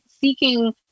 seeking